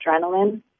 adrenaline